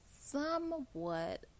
somewhat